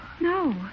No